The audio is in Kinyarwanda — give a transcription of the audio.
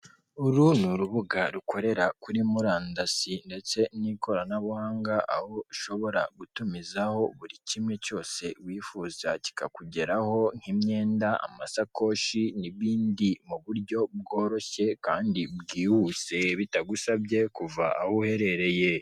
Uru ni urubuga rukorera kuri murandasi ndetse n'ikoranabuhanga, aho ushobora gutumizaho buri kimwe cyose wifuza kikakugeraho nk'imyenda, amasakoshi n'ibindi, mu buryo bworoshye kandi bwihuse bitagusabye kuva aho uherereye.